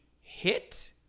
hit